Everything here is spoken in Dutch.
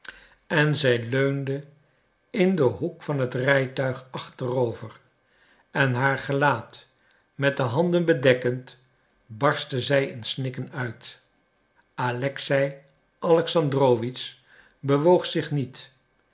en zij leunde in den hoek van het rijtuig achterover en haar gelaat met de handen bedekkend barstte zij in snikken uit alexei alexandrowitsch bewoog zich niet